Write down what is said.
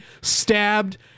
stabbed